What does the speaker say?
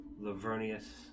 Lavernius